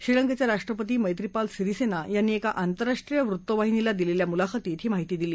श्रीलंकेचे राष्ट्रपती मैत्रीपाल सिरीसेना यांनी एका आंतरराष्ट्री वृत्तवाहिनीला दिलेल्या मुलाखतीत ही माहिती दिली